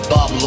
Bob